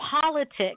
politics